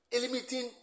limiting